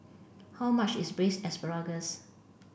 how much is Braised Asparagus